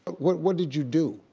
but what what did you do?